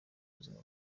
buzima